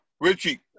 Richie